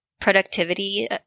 productivity